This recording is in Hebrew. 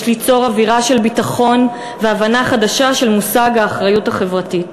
יש ליצור אווירה של ביטחון והבנה חדשה של מושג האחריות החברתית.